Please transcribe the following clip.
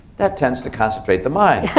that tends to concentrate the mind.